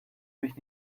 mich